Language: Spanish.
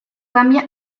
cambia